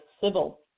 civil